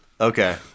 okay